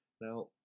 Now